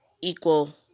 equal